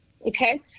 Okay